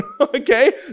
Okay